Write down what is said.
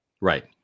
Right